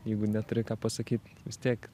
jeigu neturi ką pasakyt vis tiek